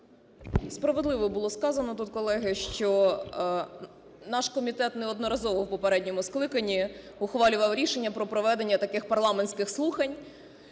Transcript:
Справедливо було сказано тут, колеги, що наш комітет неодноразово у попередньому скликанні ухвалював рішення про проведення таких парламентських слухань.